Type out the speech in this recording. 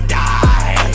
die